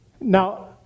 Now